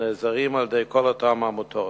הנעזרים בכל אותן עמותות.